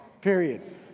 period